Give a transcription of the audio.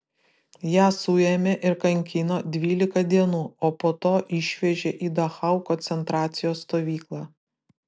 ją suėmė ir kankino dvylika dienų o po to išvežė į dachau koncentracijos stovyklą